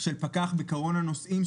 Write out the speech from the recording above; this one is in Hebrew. של פקח בקרון הנוסעים,